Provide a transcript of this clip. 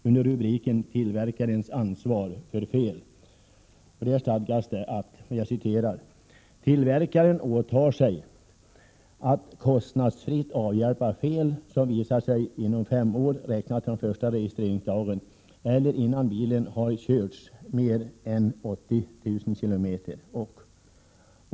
Under rubriken ”Tillverkarens ansvar för fel” stadgas: ”Tillverkaren åtar sig att kostnadsfritt avhjälpa fel som visar sig inom fem år räknat från första registreringsdagen eller innan bilen har körts mer än 80 000 kilometer ——.